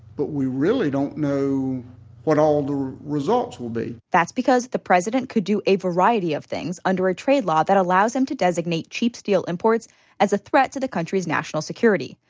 but we really don't know what all the results will be. that's because the president could do a variety of things under a trade law that allows him to designate cheap steel imports as a threat to the country's national security.